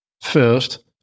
first